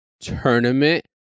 tournament